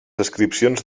descripcions